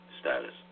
status